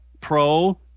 pro